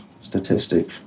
statistic